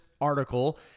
article